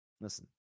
Listen